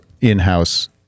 in-house